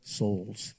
souls